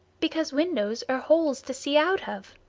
because windows are holes to see out of.